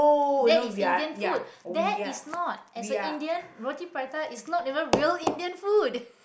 that is indian food that is not as a indian roti-prata is not even real indian food